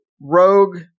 rogue